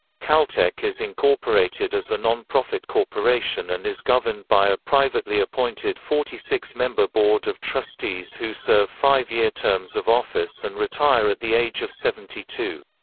caltech is incorporated as a non-profit corporation and is governed by a privately appointed forty six member board of trustees who serve five-year terms of office and retire at the age of seventy two.